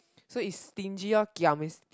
so its stingy orh giam is